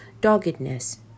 doggedness